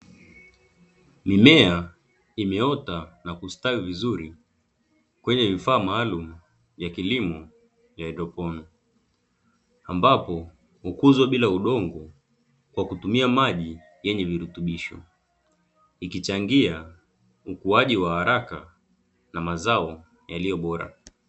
Mimea imeota na kustawi vizuri kwenye vifaa maalumu vya kilimo ya haidroponi, ambapo hukuzwa bila udongo kwa kutumia maji yenye virutubisho. Ikichangia ukuaji wa haraka na mazao yaliyo bora.